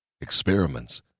Experiments